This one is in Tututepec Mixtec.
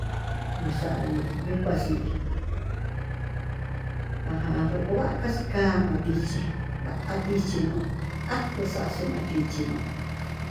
Yuu xayuu yukuaxii, aján yokova'a kaxikama atichí no'o akuxaxhi matichí no'ó.